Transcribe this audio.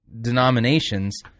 denominations